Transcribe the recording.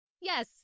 yes